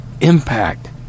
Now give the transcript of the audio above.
impact